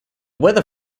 weather